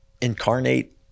incarnate